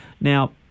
Now